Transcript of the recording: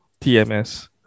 TMS